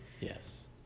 Yes